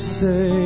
say